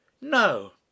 No